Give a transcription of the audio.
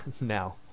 now